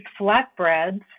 flatbreads